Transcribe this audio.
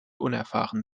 unerfahren